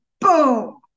boom